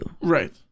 Right